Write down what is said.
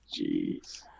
Jeez